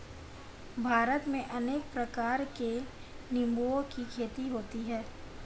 भारत में अनेक प्रकार के निंबुओं की खेती होती है